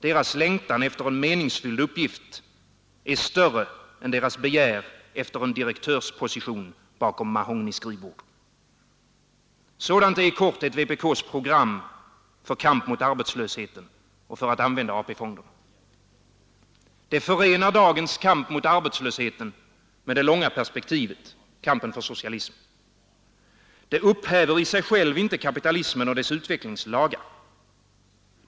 Deras längtan efter en meningsfylld uppgift är större än deras begär efter en direktörsposition bakom mahognyskrivbord. Sådant är i korthet vpk:s program för kamp mot arbetslösheten och för att använda AP-fonderna. Det förenar dagens kamp mot arbetslösheten med det långa perspektivet: kampen för socialismen. Det upphäver i sig själv inte kapitalismen och dess utvecklingslagar.